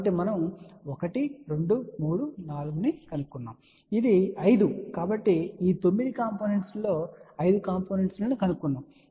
కాబట్టి మనము ఇప్పుడు 1 2 3 4 ను కనుగొన్నాము మరియు ఇది 5 కాబట్టి ఈ 9 కాంపోనెంట్స్ లో 5 కాంపోనెంట్స్ లను కనుగొన్నాము